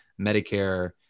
Medicare